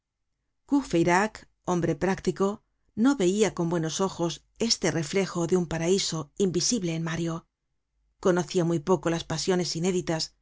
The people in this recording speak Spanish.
hombre práctico no veia con buenos ojos este reflejo de un paraiso invisible en mario conocia muy poco las pasiones inéditas